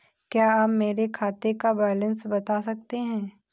क्या आप मेरे खाते का बैलेंस बता सकते हैं?